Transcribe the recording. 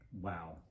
Wow